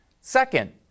Second